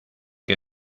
que